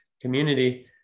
community